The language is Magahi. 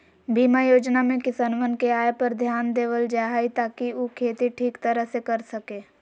बीमा योजना में किसनवन के आय पर ध्यान देवल जाहई ताकि ऊ खेती ठीक तरह से कर सके